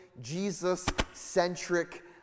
Jesus-centric